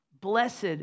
Blessed